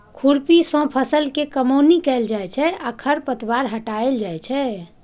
खुरपी सं फसल के कमौनी कैल जाइ छै आ खरपतवार हटाएल जाइ छै